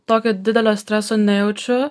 tokio didelio streso nejaučiu